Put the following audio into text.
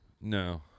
No